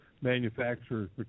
manufacturers